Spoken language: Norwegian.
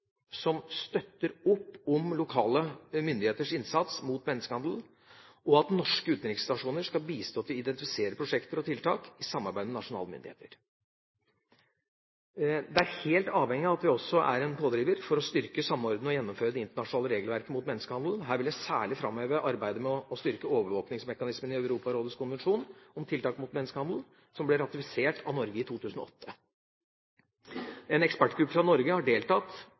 som støtter opp om lokale myndigheters innsats mot menneskehandel, og at norske utenriksstasjoner skal bistå i å identifisere prosjekter og tiltak i samarbeid med nasjonale myndigheter. Dette er helt avhengig av at vi også er en pådriver for å styrke, samordne og gjennomføre det internasjonale regelverket mot menneskehandel. Her vil jeg særlig framheve arbeidet med å styrke overvåkingsmekanismen i Europarådets konvensjon om tiltak mot menneskehandel, som ble ratifisert av Norge i 2008. En ekspertgruppe, hvor Norge har deltatt,